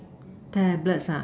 tablets ah